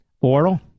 Oral